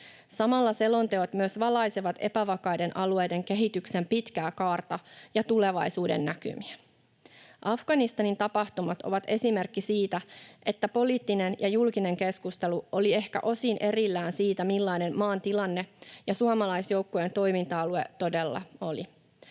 Samalla selonteot myös valaisevat epävakaiden alueiden kehityksen pitkää kaarta ja tulevaisuudennäkymiä. Afganistanin tapahtumat ovat esimerkki siitä, että poliittinen ja julkinen keskustelu oli ehkä osin erillään siitä, millainen maan tilanne ja suomalaisjoukkojen toiminta-alue todella oli.